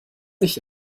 nicht